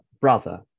brother